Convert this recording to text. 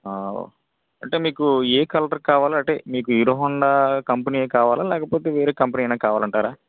ఆ అంటే మీకు ఏ కలర్ కావాలి అంటే మీకు హీరో హోండా కంపెనీయే కావాలా లేకపోతే వేరే కంపెనీ అయిన కావాలంటారా